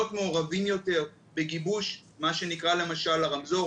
להיות מעורבים יותר בגיבוש מה שנקרא למשל הרמזור,